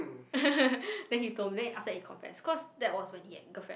then he told me then after that he confess cause that was when he had girlfriend